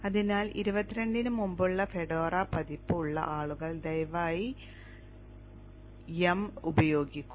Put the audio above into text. അതിനാൽ 22 ന് മുമ്പുള്ള ഫെഡോറ പതിപ്പ് ഉള്ള ആളുകൾ ദയവായി yum ഉപയോഗിക്കുക